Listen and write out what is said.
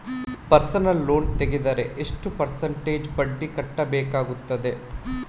Personal loan ತೆಗೆದರೆ ಎಷ್ಟು percentage ಬಡ್ಡಿ ಕಟ್ಟಬೇಕಾಗುತ್ತದೆ?